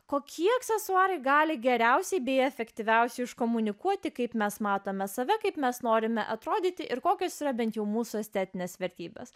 kokie aksesuarai gali geriausiai bei efektyviausiu iškomunikuoti kaip mes matome save kaip mes norime atrodyti ir kokios yra bent jau mūsų estetines vertybes